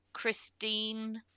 Christine